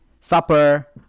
Supper